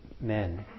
men